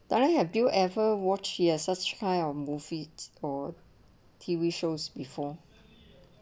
have you ever watched she assessed try kind of movie or T_V shows before